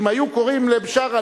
אם היו קוראים לבשארה,